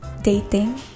Dating